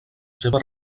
seva